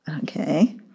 okay